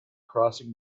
crossing